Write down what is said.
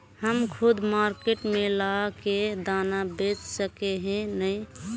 हम खुद मार्केट में ला के दाना बेच सके है नय?